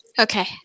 Okay